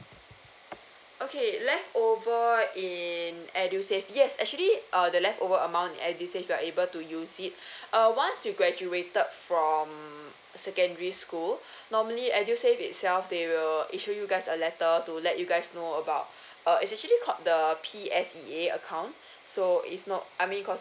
okay leftover in edusave yes actually uh the leftover amount in edusave you're able to use it uh once you graduated from secondary school normally edusave itself they will issue you guys a letter to let you guys know about uh is actually called the P_S_E_A account so is not I mean cause